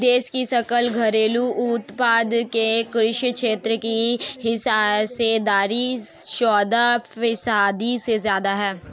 देश की सकल घरेलू उत्पाद में कृषि क्षेत्र की हिस्सेदारी चौदह फीसदी से ज्यादा है